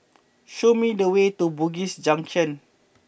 show me the way to Bugis Junction